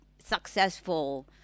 Successful